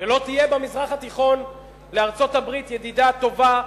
ולא תהיה במזרח התיכון לארצות-הברית ידידה טובה,